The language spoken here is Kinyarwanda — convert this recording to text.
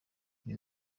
iyi